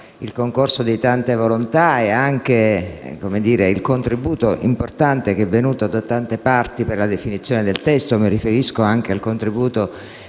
il concorso di tante volontà e il contributo importante venuto da tante parti per la definizione del testo. Mi riferisco anche al contributo